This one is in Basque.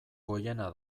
goiena